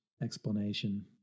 explanation